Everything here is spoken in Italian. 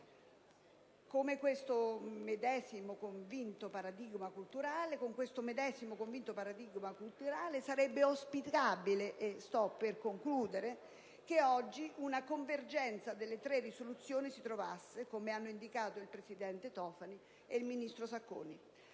Con questo medesimo, convinto, paradigma culturale, sarebbe auspicabile che oggi una convergenza delle tre risoluzioni, come hanno indicato il presidente Tofani ed il ministro Sacconi,